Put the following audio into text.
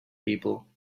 people